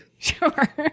sure